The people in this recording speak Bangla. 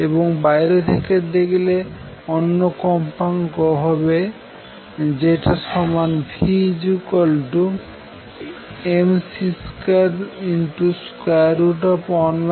এবং বাইরের থেকে দেখলে অন্য কম্পাঙ্ক হবে যেটা সমান mc21 v2c2h